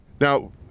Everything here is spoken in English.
Now